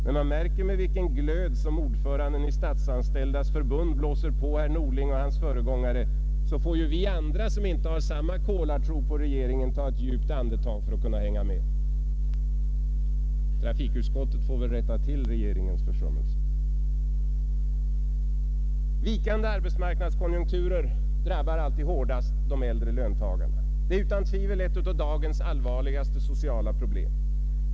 När man märker med vilken glöd som ordföranden i Statsanställdas förbund ”blåser på” herr Norling och hans föregångare, så får vi andra, som inte har samma kolartro på regeringen, dra ett djupt andetag för att kunna hänga med. Trafikutskottet får väl rätta till regeringens försummelser. Vikande arbetsmarknadskonjunkturer drabbar alltid hårdast de äldre löntagarna. Det är utan tvivel ett av dagens allvarligaste sociala problem.